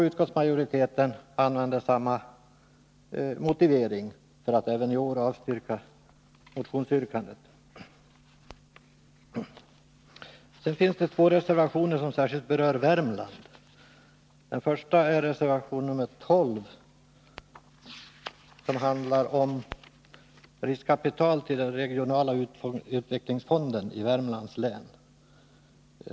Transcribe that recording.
Utskottsmajoriteten använder samma motivering för att även i år avstyrka motionsyrkandet. Sedan finns det två reservationer som särskilt berör Värmland. Den första är reservation nr 12, som handlar om riskkapital till den regionala utvecklingsfonden i Värmlands län.